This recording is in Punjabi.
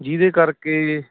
ਜਿਹਦੇ ਕਰਕੇ